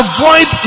Avoid